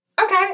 Okay